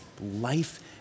life